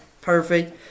perfect